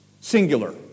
Singular